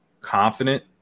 confident